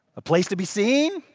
a place to be seen.